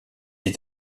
est